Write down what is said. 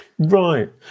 Right